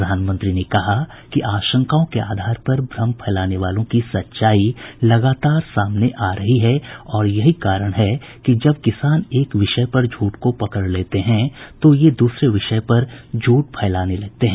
प्रधानमंत्री ने कहा कि आशंकाओं के आधार पर भ्रम फैलाने वालों की सच्चाई लगातार सामने आ रही है यही कारण है कि जब किसान एक विषय पर झूठ को पकड़ लेते हैं तो ये दूसरे विषय पर झूठ फैलाने लगते हैं